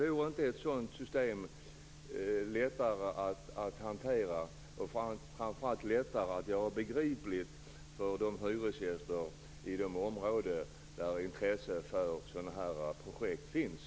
Vore inte ett sådant system lättare att hantera och framför allt lättare att göra begripligt för de hyresgäster som bor i områden där intresse för sådana här projekt finns?